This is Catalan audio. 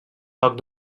toc